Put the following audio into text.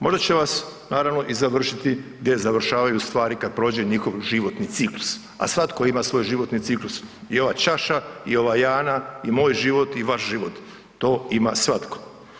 Možda će vas naravno i završiti gdje završavaju stvari kad prođe njihov životni ciklus, a svatko ima svoj životni ciklus i ova čaša i ova jana i moj život i vaš život, to ima svatko.